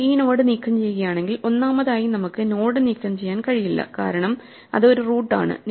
നമ്മൾ ഈ നോഡ് നീക്കംചെയ്യുകയാണെങ്കിൽ ഒന്നാമതായി നമുക്ക് നോഡ് നീക്കംചെയ്യാൻ കഴിയില്ല കാരണം അത് ഒരു റൂട്ട് ആണ്